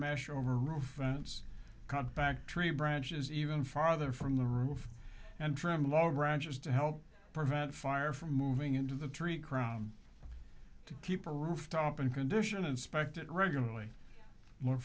mesh over roof vents cut back tree branches even farther from the roof and trim low branches to help prevent fire from moving into the tree crown to keep a roof top in condition inspect it regularly for